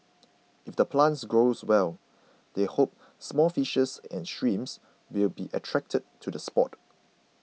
if the plants grow well they hope small fishes and shrimps will be attracted to the spot